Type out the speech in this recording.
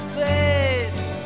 face